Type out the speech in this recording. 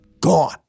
gone